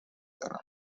دارم